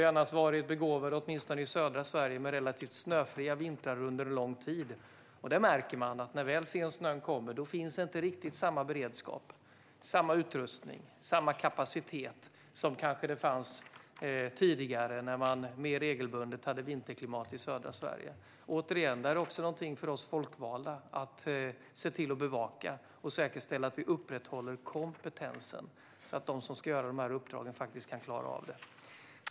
Vi har annars begåvats, åtminstone i södra Sverige, med relativt snöfria vintrar under lång tid. Det märks. När snön sedan kommer finns det inte riktigt samma beredskap, samma utrustning eller samma kapacitet som det kanske fanns tidigare när södra Sverige hade vinterklimat mer regelbundet. Det är återigen något för oss folkvalda att bevaka och att säkerställa. Kompetensen behöver upprätthållas, så att de som ska göra det här uppdragen kan klara av det.